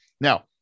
Now